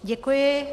Děkuji.